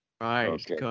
Right